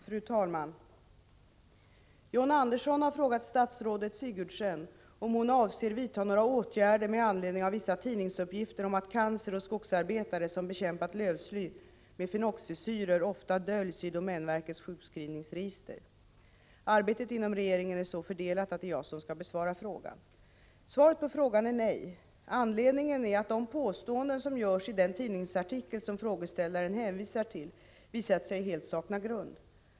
Fru talman! John Andersson har frågat statsrådet Sigurdsen om hon avser vidta några åtgärder med anledning av vissa tidningsuppgifter om att cancer hos skogsarbetare som bekämpat lövsly med fenoxisyror ofta döljs i domänverkets sjukskrivningsregister. Arbetet inom regeringen är så fördelat att det är jag som skall besvara frågan. Svaret på frågan är nej! Anledningen är att de påståenden som görs i den tidningsartikel som frågeställaren hänvisar till visat sig helt sakna grund.